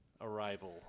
arrival